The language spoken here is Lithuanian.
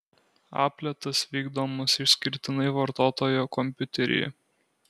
apletas vykdomas išskirtinai vartotojo kompiuteryje